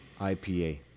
IPA